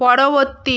পরবর্তী